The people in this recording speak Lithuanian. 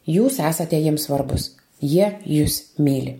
jūs esate jiems svarbūs jie jus myli